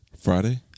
Friday